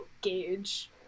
gauge